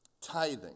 Tithing